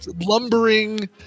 lumbering